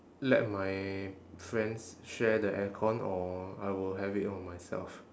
let my friends share the aircon or I will have it on myself